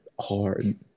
hard